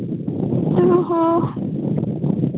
ᱚ ᱦᱚᱸ